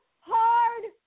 hard